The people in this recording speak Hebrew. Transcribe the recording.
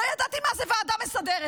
לא ידעתי מה זה ועדה מסדרת.